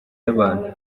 y’abantu